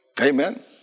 Amen